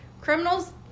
Criminals